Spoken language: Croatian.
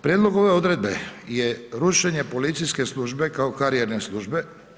Prijedlog ove odredbe je rušenje policijske službe kao karijerne službe.